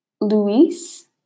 Luis